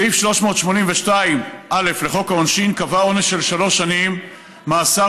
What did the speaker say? סעיף 382א לחוק העונשין קבע עונש של שלוש שנים מאסר